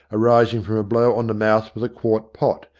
arising from a blow on the mouth with a quart pot,